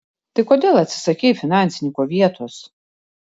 tai kodėl atsisakei finansininko vietos